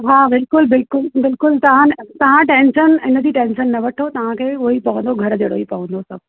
हा बिल्कुलु बिल्कुलु बिल्कुलु ता ता टैंशन इनजी टैंशन न वठो तव्हांखे बि उअ ई घर जो गह्र जेड़ो कम अथव